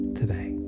today